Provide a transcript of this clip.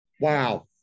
wow